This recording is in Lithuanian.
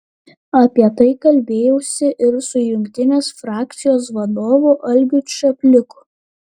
apie tai kalbėjausi ir su jungtinės frakcijos vadovu algiu čapliku